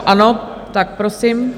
Ano, tak prosím.